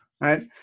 right